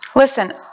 Listen